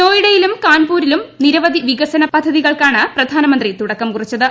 നോയിഡയിലും കാൺപൂരിലും നിരവധി വികസന പദ്ധതികൾക്കാണ് പ്രധാനമന്ത്രി തുടക്കം കുറിച്ചത്